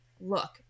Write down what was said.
look